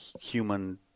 human